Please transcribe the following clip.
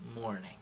morning